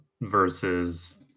versus